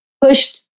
pushed